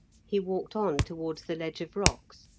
he walked on towards the ledge of rocks,